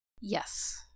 yes